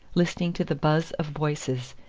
listening to the buzz of voices,